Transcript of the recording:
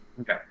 Okay